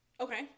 Okay